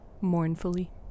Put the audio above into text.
mournfully